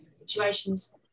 situations